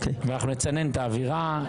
אנחנו נצנן את האווירה.